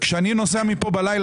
כשאני נוסע מפה בלילה,